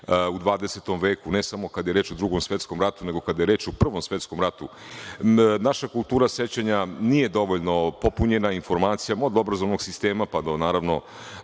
u 20. veku ne samo kada je reč o Drugom svetskom ratu, nego kada je reč o Prvom svetskom ratu. Naša kultura sećanja nije dovoljno popunjena informacijama od obrazovnog sistema, pa do drugih